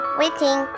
waiting